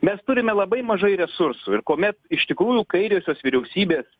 mes turime labai mažai resursų ir kuomet iš tikrųjų kairiosios vyriausybės